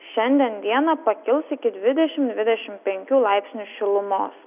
šiandien dieną pakils iki dvidešim dvidešim penkių laipsnių šilumos